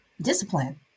discipline